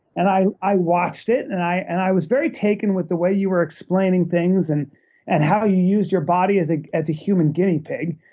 and i i watched it, and and i was very taken with the way you were explaining things, and and how you used your body as ah as a human guinea pig.